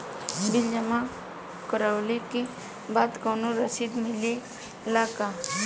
Bill जमा करवले के बाद कौनो रसिद मिले ला का?